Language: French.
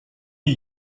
est